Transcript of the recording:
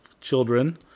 children